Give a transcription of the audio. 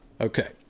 Okay